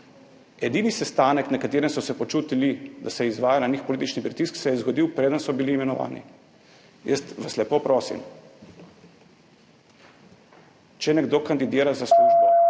edini sestanek, na katerem so se počutili, da se izvaja na nek politični pritisk, se je zgodil, preden so bili imenovani. Jaz vas lepo prosim, če nekdo kandidira za službo